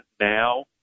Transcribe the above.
now